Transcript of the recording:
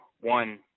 one